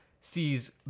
sees